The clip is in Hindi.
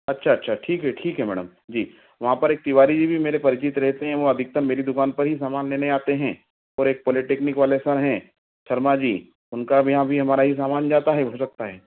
अच्छा अच्छा ठीक है ठीक है जी वहाँ पर एक तिवारी जी भी मेरे परिचित रहते हैं वह अधिकतम मेरी दुकान पर ही सामान लेने आते हैं और एक पॉलिटेक्निक वाले सर है शर्मा जी उनका भी यहाँ भी हमारा भी सामान जाता है हो सकता है